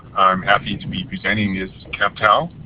i'm happy to be presenting this captel.